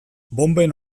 bonben